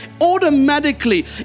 Automatically